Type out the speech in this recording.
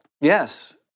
Yes